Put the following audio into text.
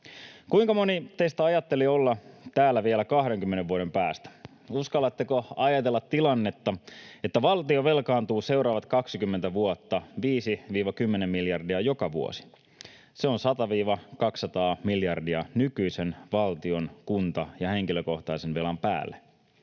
Kuinka moni teistä ajatteli olla täällä vielä 20 vuoden päästä? Uskallatteko ajatella tilannetta, että valtio velkaantuu seuraavat 20 vuotta 5—10 miljardia joka vuosi? Se on 100—200 miljardia nykyisen valtion‑, kunta‑ ja henkilökohtaisen velan päälle.